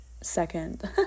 second